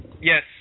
Yes